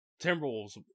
Timberwolves